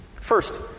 First